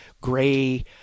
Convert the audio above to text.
gray